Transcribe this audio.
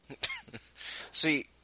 See